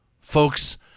Folks